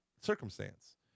circumstance